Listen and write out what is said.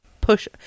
push